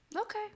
Okay